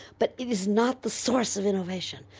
but it is not the source of innovation.